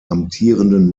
amtierenden